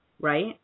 right